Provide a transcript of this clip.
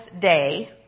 day